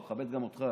הוא מכבד גם אותך.